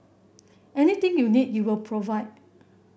anything you need he will provide